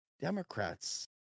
Democrats